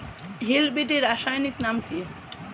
Hill বিটি রাসায়নিক নাম কি?